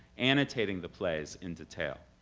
annotating the plays in detail.